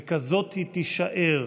וכזאת היא תישאר.